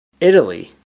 Italy